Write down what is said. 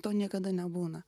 to niekada nebūna